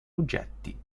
oggetti